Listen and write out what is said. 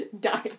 Die